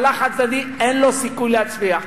מהלך חד-צדדי אין לו סיכוי להצליח.